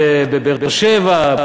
בבאר-שבע,